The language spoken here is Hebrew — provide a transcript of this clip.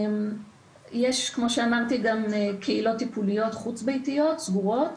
יש כמו שאמרתי גם קהילות טיפוליות חוץ ביתיות סגורות.